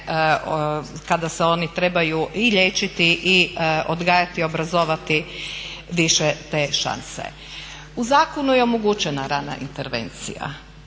kada se oni trebaju i liječiti i odgajati, obrazovati više te šanse. U zakonu je omogućena rana intervencija.